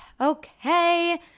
Okay